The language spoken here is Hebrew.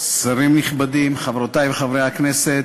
שרים נכבדים, חברותי וחברי חברי כנסת,